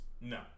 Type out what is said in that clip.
No